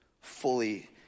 fully